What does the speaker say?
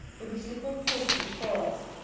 with the slip of paper before us.